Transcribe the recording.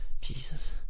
Jesus